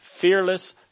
fearless